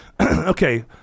okay